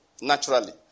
naturally